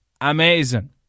amazing